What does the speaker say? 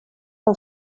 com